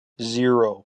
zero